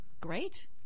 Great